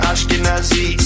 Ashkenazi